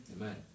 Amen